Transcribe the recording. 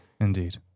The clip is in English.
Indeed